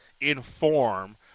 inform